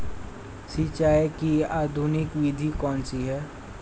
सिंचाई की आधुनिक विधि कौन सी है?